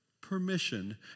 permission